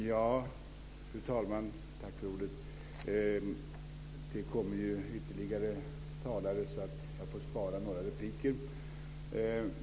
Fru talman! Det kommer ju ytterligare talare, så att jag får spara några repliker.